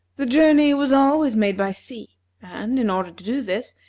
the journey was always made by sea and, in order to do this,